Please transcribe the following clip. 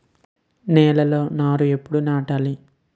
నేలలో నారు ఎప్పుడు నాటాలి?